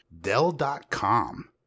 dell.com